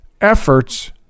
efforts